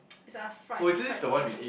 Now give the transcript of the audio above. is a fried crab thing